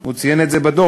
הוא ציין את זה בדוח.